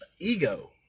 ego